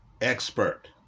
expert